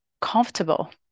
comfortable